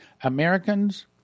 Americans